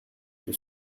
que